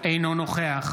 אינו נוכח